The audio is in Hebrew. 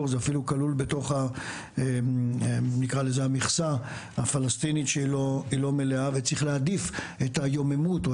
זה אפילו כלול בתוך המכסה הפלסטינית וצריך להעדיף את היוממות או